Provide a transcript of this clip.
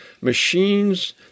machines